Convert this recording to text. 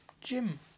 Jim